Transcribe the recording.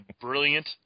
brilliant